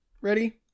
ready